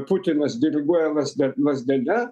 putinas diriguoja lazde lazdele